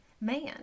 Man